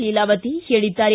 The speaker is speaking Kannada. ಲೀಲಾವತಿ ಹೇಳಿದ್ದಾರೆ